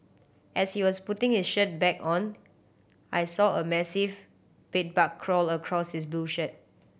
as he was putting his shirt back on I saw a massive bed bug crawl across his blue shirt